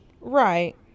Right